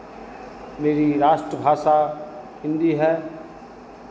मेरी राष्ट्रभाषा हिन्दी है